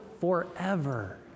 forever